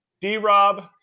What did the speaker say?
D-Rob